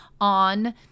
on